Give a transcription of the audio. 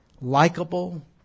Likeable